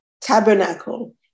tabernacle